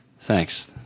Thanks